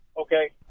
Okay